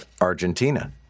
Argentina